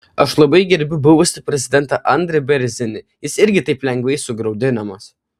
aš labai gerbiu buvusį prezidentą andrį bėrzinį jis irgi taip lengvai sugraudinamas